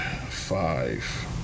Five